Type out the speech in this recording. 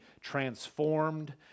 transformed